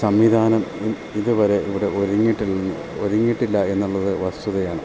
സംവിധാനം ഇത് വരെ ഇവിടെ ഒരുങ്ങിയിട്ട് ഒരുങ്ങിയിട്ട് ഇല്ല എന്നുള്ളത് വസ്തുതയാണ്